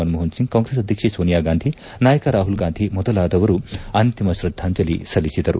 ಮನಮೋಹನ್ ಸಿಂಗ್ ಕಾಂಗ್ರೆಸ್ ಅಧ್ಯಕ್ಷೆ ಸೋನಿಯಾ ಗಾಂಧಿ ನಾಯಕ ರಾಹುಲ್ ಗಾಂಧಿ ಮೊದಲಾದವರು ಅಂತಿಮ ಶ್ರದ್ದಾಂಜಲಿ ಸಲ್ಲಿಸಿದರು